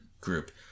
group